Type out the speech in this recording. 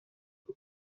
بود